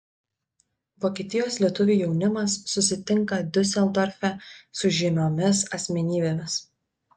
vokietijos lietuvių jaunimas susitinka diuseldorfe su žymiomis asmenybėmis